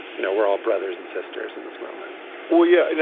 you know, we're all brothers and sisters in this moment well, yeah. you know